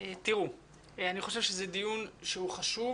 תראו, אני חושב שזה דיון שהוא חשוב.